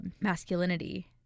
masculinity